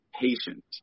patient